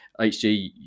hg